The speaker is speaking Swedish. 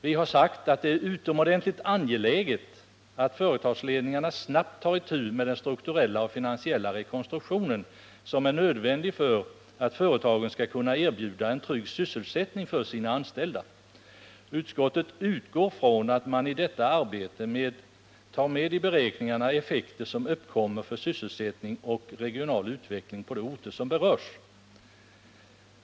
Vi har sagt att det är utomordentligt angeläget att företagsledningarna snabbt tar itu med den strukturella och finansiella rekonstruktionen, som är nödvändig för att företagen skall kunna erbjuda sina anställda en trygg sysselsättning. Utskottet utgår ifrån att man i detta arbete tar med i beräkningarna effekter som uppkommer för sysselsättning och regional utveckling på de berörda orterna.